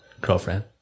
girlfriend